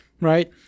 right